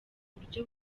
uburyo